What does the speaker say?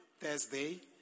Thursday